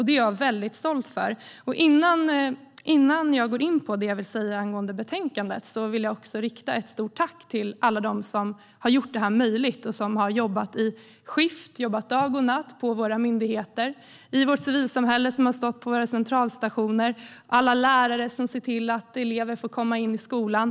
Det är jag stolt över. Innan jag går in på det jag vill säga angående betänkandet vill jag rikta ett stort tack till alla dem som har gjort detta möjligt. De har jobbat i skift, dag och natt, på våra myndigheter och i vårt civilsamhälle. De har stått på våra centralstationer. Det gäller alla lärare som ser till att elever får komma in i skolan.